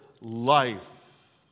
life